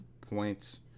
points